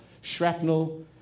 shrapnel